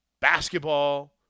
basketball